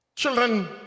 Children